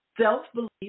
self-belief